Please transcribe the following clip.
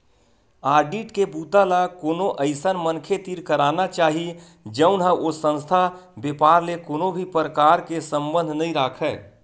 audit के बूता ल कोनो अइसन मनखे तीर कराना चाही जउन ह ओ संस्था, बेपार ले कोनो भी परकार के संबंध नइ राखय